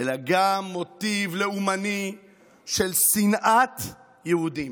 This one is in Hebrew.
אלא גם מוטיב לאומני של שנאת יהודים,